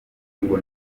ngo